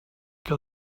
que